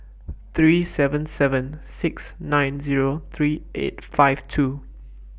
three seven seven six nine Zero three eight five two